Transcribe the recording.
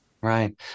Right